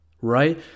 Right